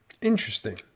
Interesting